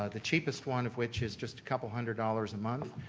ah the cheapest one of which is just a couple hundred dollars a month,